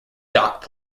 dock